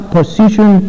position